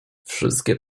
wszystkie